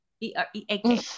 E-R-E-A-K